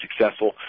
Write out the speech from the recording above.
successful